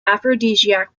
aphrodisiac